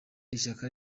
ishyaka